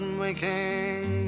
waking